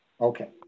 Okay